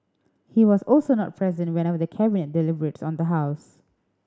he was also not present whenever the Cabinet deliberates on the house